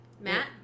Matt